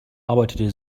arbeitete